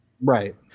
Right